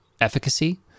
efficacy